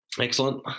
Excellent